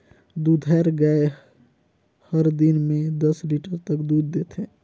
दूधाएर गाय हर दिन में दस लीटर तक दूद देथे